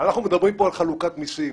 מדברים פה על חלוקת מיסים.